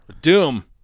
Doom